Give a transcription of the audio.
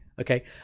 okay